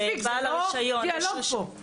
מספיק, זה לא דיאלוג פה.